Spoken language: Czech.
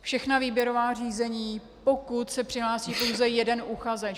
... všechna výběrová řízení, pokud se přihlásí pouze jeden uchazeč.